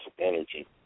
energy